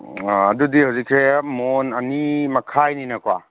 ꯑꯗꯨꯗꯤ ꯍꯧꯖꯤꯛꯁꯦ ꯃꯣꯟ ꯑꯅꯤ ꯃꯈꯥꯏꯅꯤꯅꯀꯣ